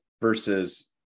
versus